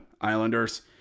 Islanders